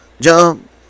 jump